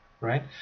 right